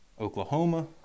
Oklahoma